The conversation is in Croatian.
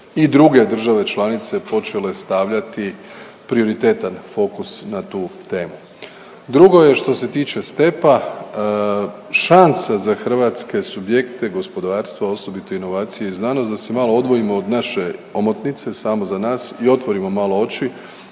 i druge države članice počele stavljati prioritetan fokus na tu temu. Drugo je što se tiče stepa šansa za hrvatske subjekte gospodarstva, osobito inovacije i znanost. Da se malo odvojimo od naše omotnice samo za nas i otvorimo malo oči